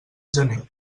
gener